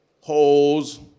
holes